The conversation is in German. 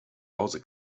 hause